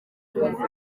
muhanzi